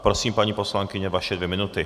Prosím, paní poslankyně, vaše dvě minuty.